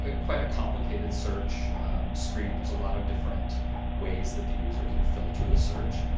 ah quite a complicated search screen. there's a lot of different ways that the user can filter the search.